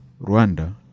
Rwanda